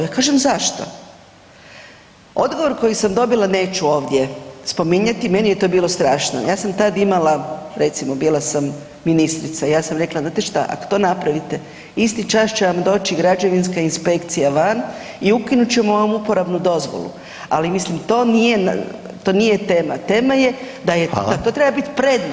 Ja kažem zašto, odgovor koji sam dobila neću ovdje spominjati, meni je to bilo strašno, ja sam tad imala, recimo, bila sam ministrica i ja sam rekla, znate šta, ako to napravite, isti čas će vam doći građevinska inspekcija van i ukinut ćemo vam uporabnu dozvolu, ali mislim, to nije tema, tema je [[Upadica: Hvala.]] da je, da to treba biti prednost.